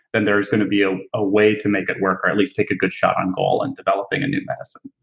then there's going to be ah a way to make it work or at least take a good shot on goal on and developing a new medicine